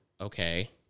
okay